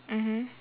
mmhmm